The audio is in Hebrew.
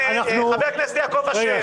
חבר הכנסת יעקב אשר,